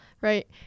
right